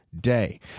Day